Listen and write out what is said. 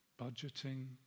budgeting